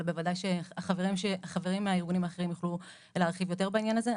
בוודאי שחברים מהארגונים האחרים יוכלו להרחיב יותר בעניין הזה.